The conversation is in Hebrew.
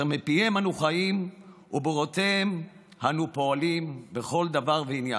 אשר מפיהם אנו חיים ובהוראותיהם אנו פועלים בכל דבר ועניין.